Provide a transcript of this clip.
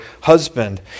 husband